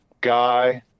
guy